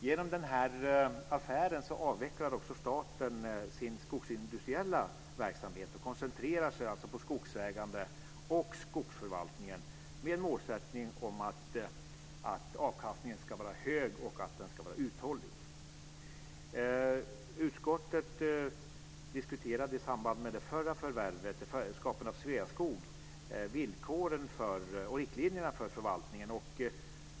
Genom denna affär avvecklar också staten sin skogsindustriella verksamhet och koncentrerar sig på skogsägande och skogsförvaltning med målsättningen att avkastningen ska vara hög och uthållig. Utskottet diskuterade i samband med det förra förvärvet och skapandet av Sveaskog villkoren och riktlinjerna för förvaltningen.